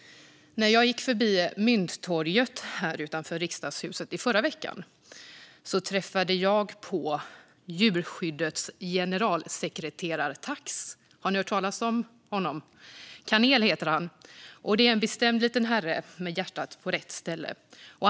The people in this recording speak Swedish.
När jag gick förbi Mynttorget utanför Riksdagshuset i förra veckan träffade jag på Djurskyddets generalsekreterar-tax. Har ni hört talas om honom? Kanel heter han, och det är en bestämd liten herre med hjärtat på rätta stället.